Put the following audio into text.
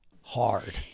hard